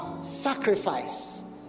sacrifice